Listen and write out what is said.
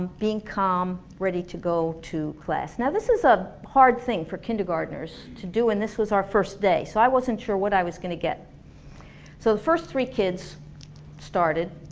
being calm, ready to go to class. now this is a hard thing for kindergartners to do and this was our first day. so i wasn't sure what i was going to get so the first three kids started.